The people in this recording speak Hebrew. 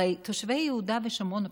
הרי תושבי יהודה ושומרון הפלסטינים,